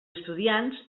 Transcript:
estudiants